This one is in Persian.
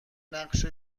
نقش